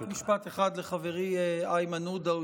רק משפט אחד לחברי איימן עודה.